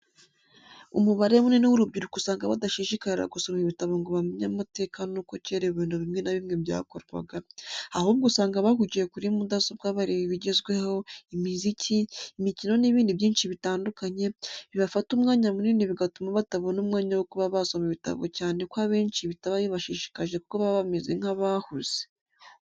Umubare munini w'urubyiruko usanga badashishikarira gusoma ibitabo ngo bamenye amateka nuko cyera ibintu bimwe na bimwe byakorwaga, ahubwo usanga bahugiye kuri mudasobwa bareba ibigezweho, imiziki, imikino n'ibindi byinshi bitandukanye, bibafata umwanya munini bigatuma batabona umwanya wo kuba basoma ibitabo cyane ko abenshi bitaba bibashishikaje kuko baba bameze nk'abahuze.